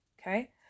Okay